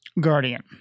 guardian